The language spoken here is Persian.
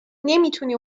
نمیتونی